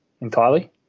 entirely